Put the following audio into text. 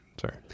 sorry